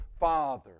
Father